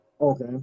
okay